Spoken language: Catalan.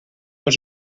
els